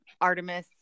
Artemis